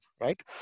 right